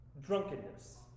drunkenness